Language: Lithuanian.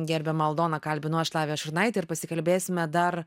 gerbiamą aldoną kalbinu aš lavija šurnaitė ir pasikalbėsime dar